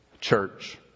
church